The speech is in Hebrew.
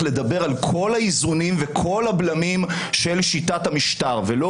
לדבר על כל האיזונים וכל הבלמים של שיטת המשטר ולא